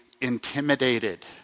intimidated